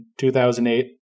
2008